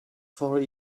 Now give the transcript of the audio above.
for